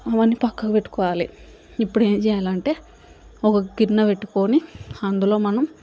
అవన్నీ పక్కకు పట్టుకోవాలి ఇప్పుడు ఏం చెయ్యాలంటే ఒక గిన్నె పెట్టుకుని అందులో మనం